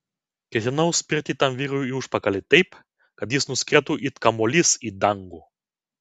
ketinau spirti tam vyrui į užpakalį taip kad jis nuskrietų it kamuolys į dangų